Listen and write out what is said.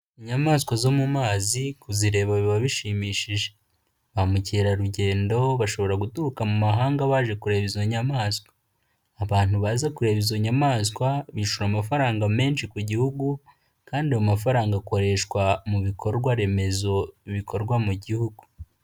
Inyamaswa zo mu mazi kuzireba biba bishimishije, ba mukerarugendo bashobora guturuka mu mahanga baje kureba izo nyamaswa, abantu baza kureba izo nyamaswa bishyura amafaranga menshi ku gihugu kandi ayo mafaranga akoreshwa mu bikorwaremezo bikorwa mu gihugu.